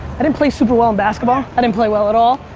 i didn't play super well in basketball. i didn't play well at all,